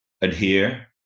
adhere